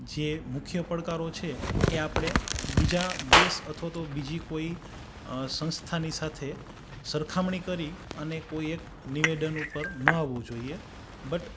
જે મુખ્ય પડકારો છે એ આપણે બીજા દેશ અથવા તો બીજી કોઈ સંસ્થાની સાથે સરખામણી કરી અને કોઈ એક નિવેદન ઉપર ન આવવું જોઈએ બટ